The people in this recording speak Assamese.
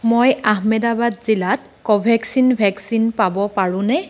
মই আহমেদাবাদ জিলাত ক'ভেক্সিন ভেকচিন পাব পাৰোঁনে